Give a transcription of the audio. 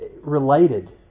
related